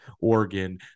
Oregon